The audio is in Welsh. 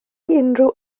unrhyw